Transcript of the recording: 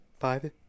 Five